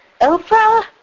Oprah